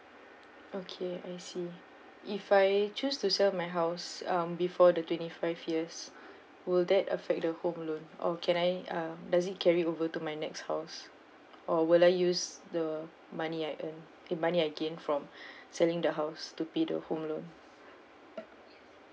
okay I see if I choose to sell my house um before the twenty five years will that affect the home loan or can I uh does it carry over to my next house or will I use the money I earn eh money I gain from selling the house to pay the home loan